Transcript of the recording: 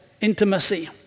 intimacy